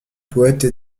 poètes